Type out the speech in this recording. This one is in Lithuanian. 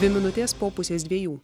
dvi minutės po pusės dviejų